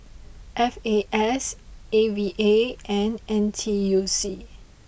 F A S A V A and N T U C